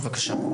בבקשה.